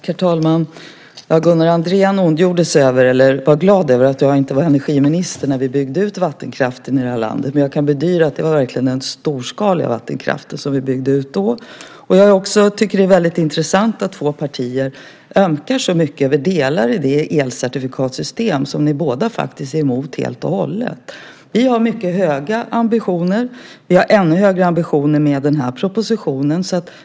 Herr talman! Gunnar Andrén var glad över att jag inte var energiminister när vi byggde ut vattenkraften i landet. Men jag kan bedyra att det verkligen var den storskaliga vattenkraften vi byggde ut då. Jag tycker också att det är intressant att två partier ömkar delar av det elcertifikatsystem som ni båda är emot helt och hållet. Vi har mycket höga ambitioner. Vi har ännu högre ambitioner med propositionen.